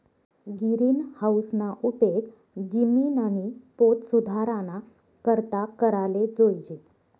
गिरीनहाऊसना उपेग जिमिननी पोत सुधाराना करता कराले जोयजे